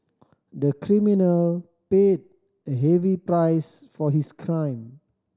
the criminal paid a heavy price for his crime